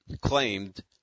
claimed